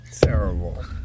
Terrible